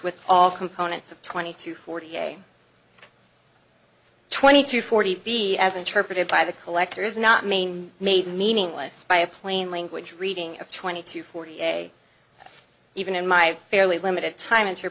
with all components of twenty to forty a twenty to forty b as interpreted by the collector is not mean made meaningless by a plain language reading of twenty two forty a even in my fairly limited time